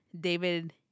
David